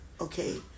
okay